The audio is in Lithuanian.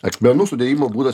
akmenų sudėjimo būdas